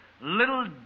little